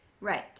Right